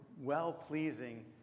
well-pleasing